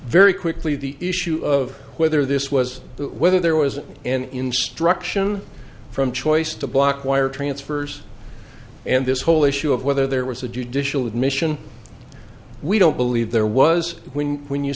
very quickly the issue of whether this was whether there was an instruction from choice to block wire transfers and this whole issue of whether there was a judicial admission we don't believe there was when when you